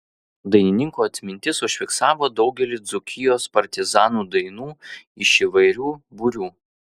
dainininko atmintis užfiksavo daugelį dzūkijos partizanų dainų iš įvairių būrių